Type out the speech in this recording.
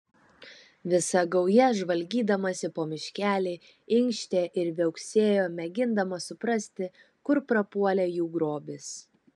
visa gauja žvalgydamasi po miškelį inkštė ir viauksėjo mėgindama suprasti kur prapuolė jų grobis